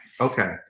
Okay